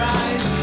eyes